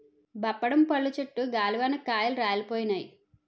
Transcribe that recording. బప్పడం పళ్ళు చెట్టు గాలివానకు కాయలు రాలిపోయినాయి